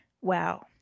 Wow